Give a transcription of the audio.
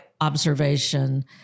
observation